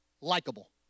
likable